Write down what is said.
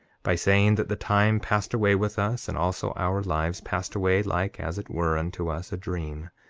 by saying that the time passed away with us, and also our lives passed away like as it were unto us a dream,